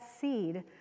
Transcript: seed